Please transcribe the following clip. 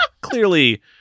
clearly